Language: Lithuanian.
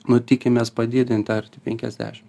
nu tikimės padidint arti penkiasdešim